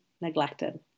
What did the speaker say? neglected